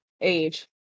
age